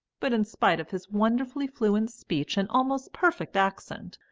but in spite of his wonderfully fluent speech and almost perfect accent,